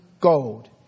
gold